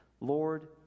Lord